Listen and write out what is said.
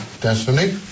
Destiny